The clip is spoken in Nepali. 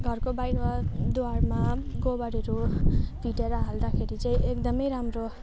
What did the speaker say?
घरको बाहिर द्वारमा गोबरहरू फिटेर हाल्दाखेरि चाहिँ एकदमै राम्रो